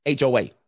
HOA